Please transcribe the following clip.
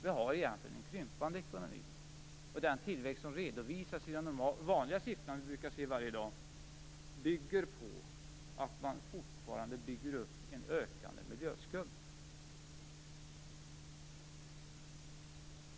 Vi har egentligen en krympande ekonomi. Den tillväxt som redovisas i de vanliga siffrorna, som vi ser varje dag, bygger på att man fortfarande bygger upp en ökande miljöskuld.